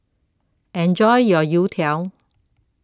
Enjoy your Youtiao